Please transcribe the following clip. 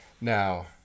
Now